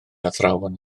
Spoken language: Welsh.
athrawon